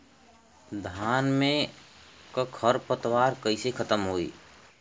धान में क खर पतवार कईसे खत्म होई?